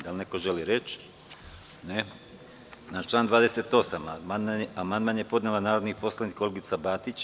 Da li neko želi reč? (Ne.) Na član 26. amandman je podnela narodni poslanik Olgica Batić.